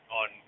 on